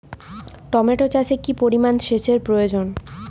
Tomato চাষে কি পরিমান সেচের প্রয়োজন?